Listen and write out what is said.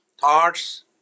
thoughts